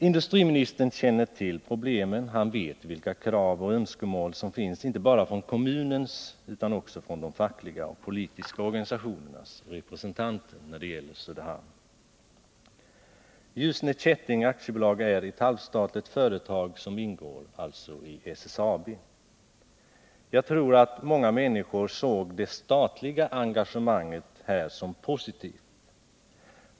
Industriministern känner till problemen, och han vet vilka krav och önskemål som finns inte bara från kommunens utan också från de fackliga och politiska organisationernas representanter. Ljusne Kätting AB är ett halvstatligt företag som ingår i SSAB. Jag tror att många människor såg det statliga engagemanget som något positivt.